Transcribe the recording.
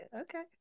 Okay